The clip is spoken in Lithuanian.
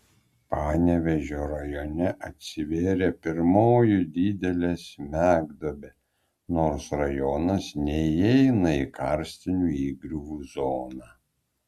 panevėžio rajone atsivėrė pirmoji didelė smegduobė nors rajonas neįeina į karstinių įgriuvų zoną